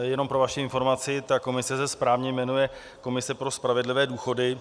Jenom pro vaši informaci, ta komise se správně jmenuje komise pro spravedlivé důchody.